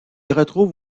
retrouve